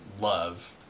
love